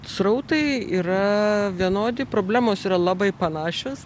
srautai yra vienodi problemos yra labai panašios